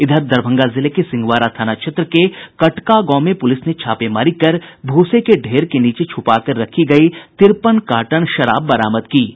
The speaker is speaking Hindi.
इधर दरभंगा जिले के सिंहवारा थाना क्षेत्र के कटका गांव में पुलिस ने छापेमारी कर भूसे के ढेर के नीचे छुपाकर रखी गयी तिरपन कार्टन विदेशी शराब बरामद की है